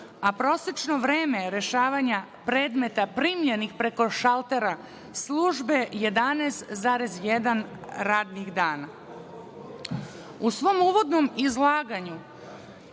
a prosečno vreme rešavanja predmeta primljenih preko šaltera službe 11,1 radni dan.U svom uvodnom izlaganju,